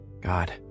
God